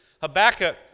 Habakkuk